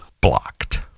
blocked